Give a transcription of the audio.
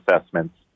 assessments